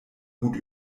gut